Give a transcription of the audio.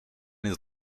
his